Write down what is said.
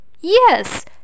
yes